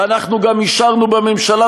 ואנחנו גם אישרנו בממשלה,